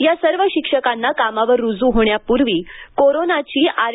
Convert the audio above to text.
या सर्व शिक्षकांना कामावर रुजू होण्यापूर्वी कोरोनाची आर